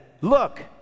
Look